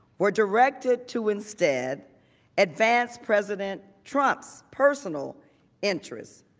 were directed to instead advance president trump's personal interest.